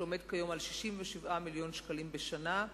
שעומד כיום על 67 מיליון שקלים בשנה.